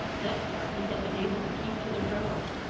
thus far he had been able to keep to the road,